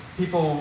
people